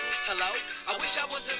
Hello